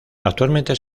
actualmente